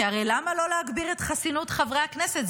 כי הרי למה לא להגביל את חסינות חברי הכנסת?